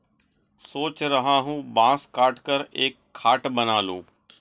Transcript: सोच रहा हूं बांस काटकर एक खाट बना लूं